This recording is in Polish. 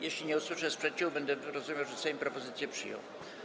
Jeśli nie usłyszę sprzeciwu, będę rozumiał, że Sejm propozycje przyjął.